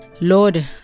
Lord